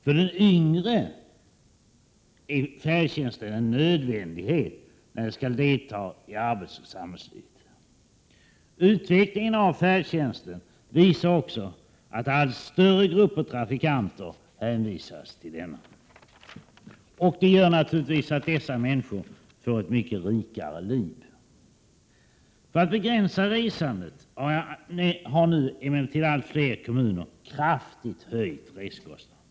För de yngre är färdtjänsten en nödvändighet när de skall delta i arbetsoch samhällslivet. Utvecklingen av färdtjänsten visar också att allt större grupper trafikanter hänvisas till denna. Genom färdtjänsten får dessa grupper naturligtvis ett mycket rikare liv. För att begränsa resandet har nu emellertid allt fler kommuner kraftigt höjt reskostnaderna.